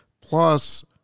plus